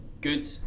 good